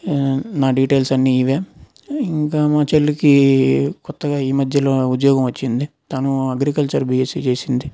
నా డీటైల్స్ అన్ని ఇవే ఇంకా మా చెల్లికి కొత్తగా ఈ మధ్యలో ఉద్యోగం వచ్చింది తను అగ్రికల్చర్ బీఎస్సీ చేసింది